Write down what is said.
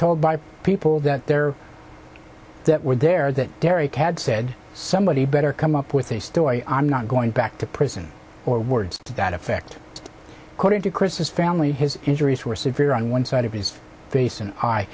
told by people that there that were there that derek had said somebody better come up with a story i'm not going back to prison or words to that effect according to chris's family his injuries were severe on one side of his face and